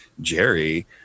Jerry